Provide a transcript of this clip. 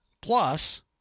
plus